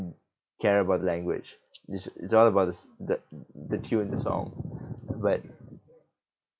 care about the language is it's all about s~ the the tune the song but